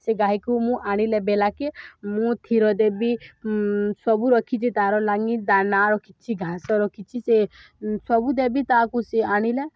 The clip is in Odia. ସେ ଗାଈକୁ ମୁଁ ଆଣିଲେ ବେଲାକେ ମୁଁ ଦେବି ସବୁ ରଖିଛି ତା'ର ଲଙ୍ଗି ଦାନା ରଖିଛି ଘାସ ରଖିଛି ସେ ସବୁ ଦେବି ତାକୁ ସିଏ ଆଣିଲେ